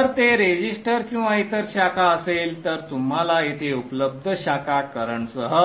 जर ते रेझिस्टर किंवा इतर शाखा असेल तर तुम्हाला येथे उपलब्ध शाखा करंटसह